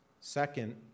Second